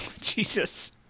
Jesus